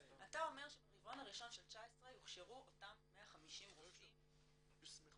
אתה אומר שברבעון הראשון של 19' יוכשרו אותם 150 רופאים -- יוסמכו.